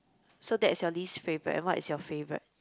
so that is your least favourite and what is your favourite